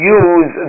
use